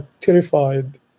terrified